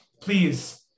please